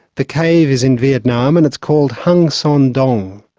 the cave is in vietnam and it's called hang son doong.